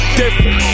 different